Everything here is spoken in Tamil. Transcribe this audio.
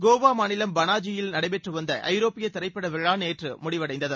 கோவா மாநிலம் பனாஜியில் நடைபெற்று வந்த ஐரோப்பிய திரைப்பட விழா நேற்று முடிவடைந்தது